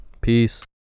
Peace